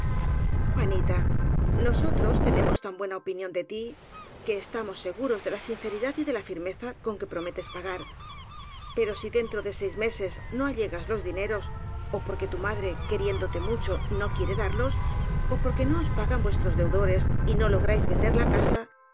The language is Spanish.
juanita nosotros tenemos tan buena opinión de tí que estamos seguros de la sinceridad y de la firmeza con que prometes pagar pero si dentro de seis meses no allegas los dineros ó porque tu ma dre queriéndote mucho no quiere darlos ó por que no os pagan vuestros deudores y no lográis vender la casa